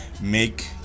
make